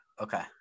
Okay